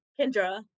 Kendra